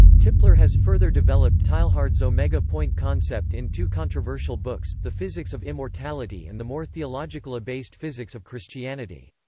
tipler has further developed teilhard's omega point concept in two controversial books, the physics of immortality and the more theologically based physics of christianity.